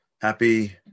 happy